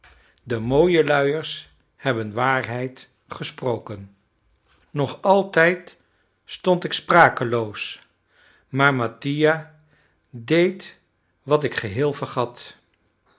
de mooie luiers hebben waarheid gesproken nog altijd stond ik sprakeloos maar mattia deed wat ik geheel vergat